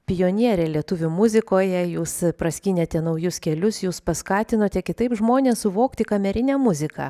pionierė lietuvių muzikoje jūs praskynėte naujus kelius jūs paskatinote kitaip žmones suvokti kamerinę muziką